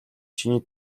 чиний